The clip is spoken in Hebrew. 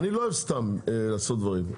אני לא אוהב סתם לעשות דברים.